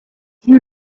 you